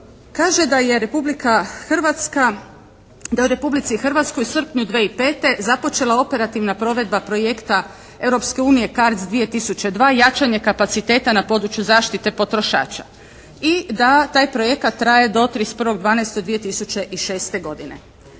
kaže da je Republika Hrvatska, da je u Republici Hrvatskoj u srpnju 2005. započela operativna provedba projekta Europske unije CARDS 2002. jačanje kapaciteta na području zaštite potrošača i da taj projekat traje do 31.12.2006. godine.